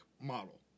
model